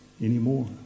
anymore